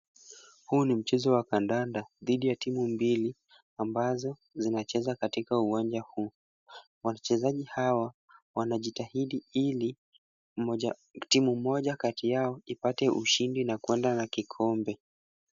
Huu ni mchezo wa kandanda dhidi ya timu mbili, ambazo zinacheza katika uwanja huu. Wachezaji hawa wanajitahidi ili timu moja kati yao ipate ushindi na kuenda na kikombe.